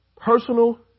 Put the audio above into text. personal